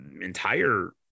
entire